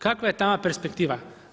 Kakva je tamo perspektiva?